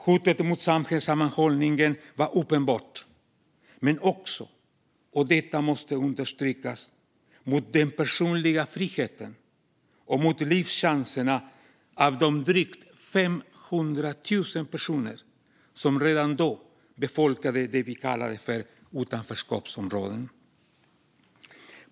Hotet mot samhällssammanhållningen var uppenbart men också - och detta måste understrykas - mot den personliga friheten och mot livschanserna för de drygt 500 000 personer som redan då befolkade det som vi kallade för utanförskapsområden.